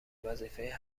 وظیفه